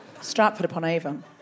Stratford-upon-Avon